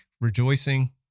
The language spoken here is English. rejoicing